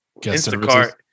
Instacart